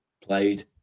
played